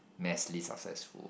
massively successful